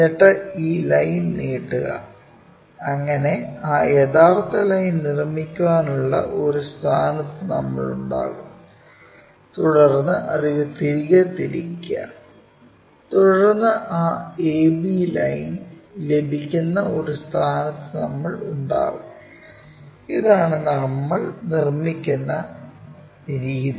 എന്നിട്ട് ഈ ലൈൻ നീട്ടുക അങ്ങനെ ആ യഥാർത്ഥ ലൈൻ നിർമ്മിക്കാനുള്ള ഒരു സ്ഥാനത്ത് നമ്മൾ ഉണ്ടാകും തുടർന്ന് അത് തിരികെ തിരിക്കുക തുടർന്ന് ആ AB ലൈൻ ലഭിക്കുന്ന ഒരു സ്ഥാനത്ത് നമ്മൾ ഉണ്ടാകും ഇതാണ് നമ്മൾ നിർമ്മിക്കുന്ന രീതി